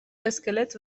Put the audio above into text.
اسکلت